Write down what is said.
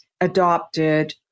adopted